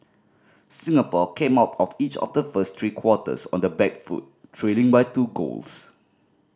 Singapore came out of each of the first three quarters on the back foot trailing by two goals